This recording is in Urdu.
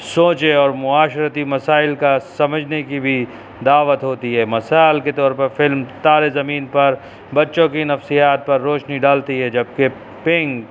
سوچے اور معاشرتی مسائل کا سمجھنے کی بھی دعوت ہوتی ہے مثال کے طور پر فلم تارے زمین پر بچوں کی نفسیات پر روشنی ڈالتی ہے جبکہ پینک